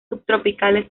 subtropicales